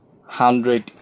hundred